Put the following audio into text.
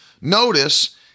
notice